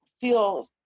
feel